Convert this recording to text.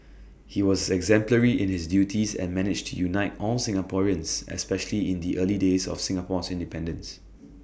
he was exemplary in his duties and managed to unite all Singaporeans especially in the early days of Singapore's independence